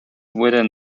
within